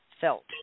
felt